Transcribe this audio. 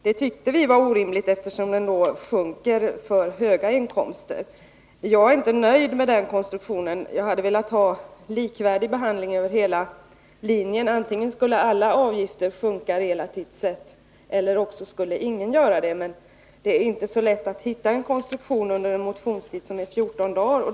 Det tyckte vi var orimligt, eftersom avgiften då sjunker vid höga inkomster. Jag är inte nöjd med den konstruktionen. Jag hade velat ha likvärdig behandling över hela linjen. Antingen skulle alla avgifter sjunka relativt sett eller också skulle ingen göra det. Men det är inte så lätt att hitta en bra konstruktion under 14 dagars motionstid.